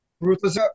Ruthless